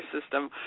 system